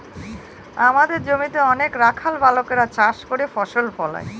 আমাদের জমিতে অনেক রাখাল বালকেরা চাষ করে ফসল ফলায়